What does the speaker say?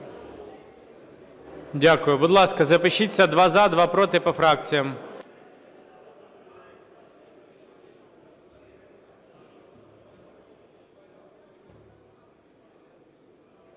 Дякую. Будь ласка, запишіться: два – за, два – проти, по фракціям.